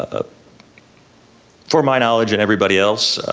ah for my knowledge and everybody else,